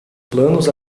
planos